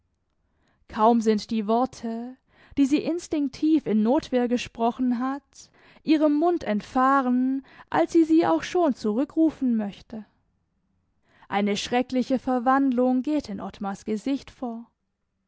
kaum sind die worte die sie instinktiv in notwehr gesprochen hat ihrem mund entfahren als sie sie auch schon zurückrufen möchte eine schreckliche verwandlung geht in ottmars gesicht vor